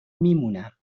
میمونم